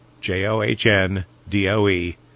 j-o-h-n-d-o-e